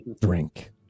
drink